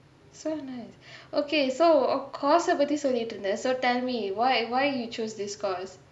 so nice okay so வோ:vo course சே பத்தி சொல்லிட்டிருந்தே:se pathi sollitirunthae so tell me why why you choose this course